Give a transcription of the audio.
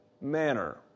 manner